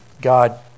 God